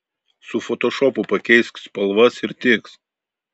su fotošopu pakeisk spalvas ir tiks